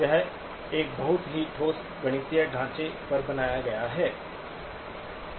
यह एक बहुत ही ठोस गणितीय ढांचे पर बनाया गया है